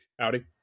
Howdy